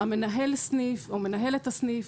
מנהל הסניף או מנהלת הסניף,